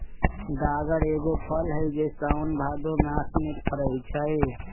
गागर एगो फल हइ जे साओन भादो मास में फरै छै